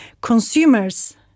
consumers